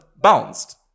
bounced